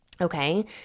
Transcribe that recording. okay